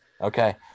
Okay